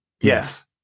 Yes